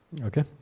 Okay